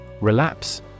Relapse